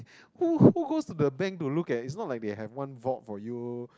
who who goes to the bank to look at it's not like they have one vault for you